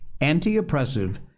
anti-oppressive